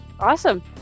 Awesome